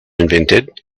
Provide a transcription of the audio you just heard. invented